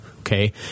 Okay